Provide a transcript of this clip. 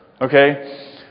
Okay